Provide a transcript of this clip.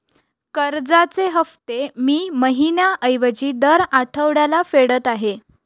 कर्जाचे हफ्ते मी महिन्या ऐवजी दर आठवड्याला फेडत आहे